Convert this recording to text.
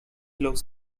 looks